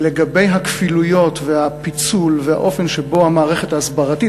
לגבי הכפילויות והפיצול והאופן שבו המערכת ההסברתית,